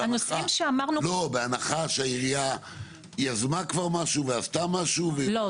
בהנחה שהעירייה יזמה כבר משהו ועשתה משהו --- לא,